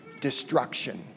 destruction